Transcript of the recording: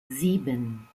sieben